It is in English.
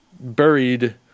buried